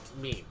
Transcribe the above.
meme